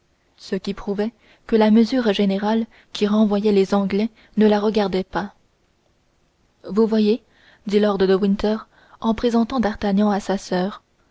ce qui prouvait que la mesure générale qui renvoyait les anglais ne la regardait pas vous voyez dit lord de winter en présentant d'artagnan à sa soeur